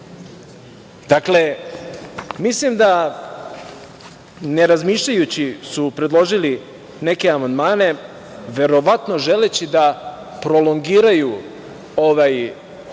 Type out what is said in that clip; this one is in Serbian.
10.000.Dakle, mislim da ne razmišljajući su predložili neke amandmane, verovatno želeći da prolongiraju ovaj dijalog